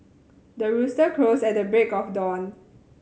the rooster crows at the break of dawn